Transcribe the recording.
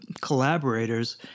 collaborators